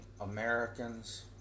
Americans